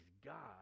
god